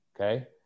okay